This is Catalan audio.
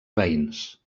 veïns